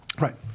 Right